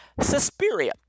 Suspiria